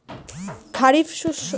খারিফ শস্য কখন রোপন করা হয়?